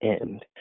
end